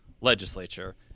legislature